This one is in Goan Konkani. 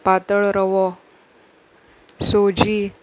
पातळ रवो सोजी